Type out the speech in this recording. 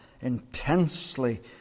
Intensely